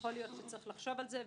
יכול להיות שצריך לחשוב על זה,